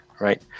right